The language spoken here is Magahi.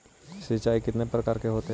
सिंचाई कितने प्रकार के होते हैं?